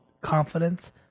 confidence